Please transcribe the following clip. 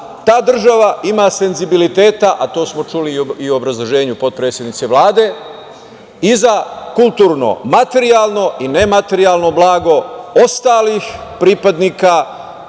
ta država ima senzibiliteta, a to smo čuli i u obrazloženju potpredsednice Vlade, i za kulturno materijalno i ne materijalno blago ostalih pripadnika